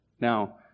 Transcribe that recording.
Now